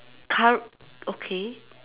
car okay